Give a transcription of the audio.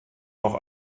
noch